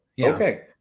Okay